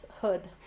hood